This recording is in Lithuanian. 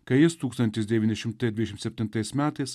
kai jis tūkstantis devyni šimtai dvidešim septintais metais